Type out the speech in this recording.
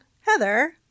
Heather